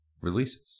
releases